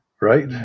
right